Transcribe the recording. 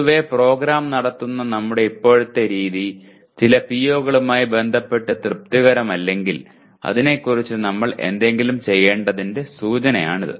പൊതുവേ പ്രോഗ്രാം നടത്തുന്ന നമ്മുടെ ഇപ്പോഴത്തെ രീതി ചില PO കളുമായി ബന്ധപ്പെട്ട് തൃപ്തികരമല്ലെങ്കിൽ അതിനെക്കുറിച്ച് നമ്മൾ എന്തെങ്കിലും ചെയ്യേണ്ടതിന്റെ സൂചനയാണിത്